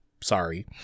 sorry